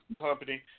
company